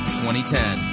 2010